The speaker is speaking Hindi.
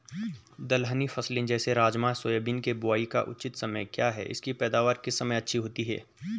दलहनी फसलें जैसे राजमा सोयाबीन के बुआई का उचित समय क्या है इसकी पैदावार किस समय अच्छी होती है?